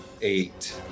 eight